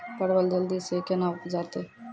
परवल जल्दी से के ना उपजाते?